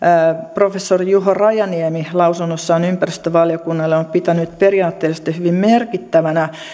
professori juho rajaniemi lausunnossaan ympäristövaliokunnalle on pitänyt periaatteellisesti hyvin merkittävänä